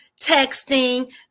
texting